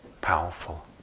powerful